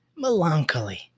Melancholy